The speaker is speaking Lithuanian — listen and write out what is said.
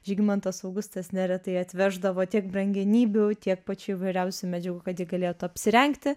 žygimantas augustas neretai atveždavo tiek brangenybių tiek pačių įvairiausių medžiagų kad ji galėtų apsirengti